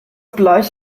bleich